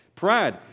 Pride